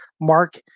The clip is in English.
Mark